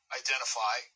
identify